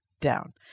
down